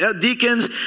deacons